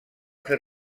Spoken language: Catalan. fer